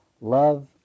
love